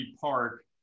Park